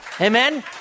Amen